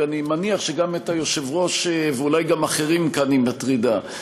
ואני מניח שגם את היושב-ראש ואולי גם אחרים כאן היא מטרידה.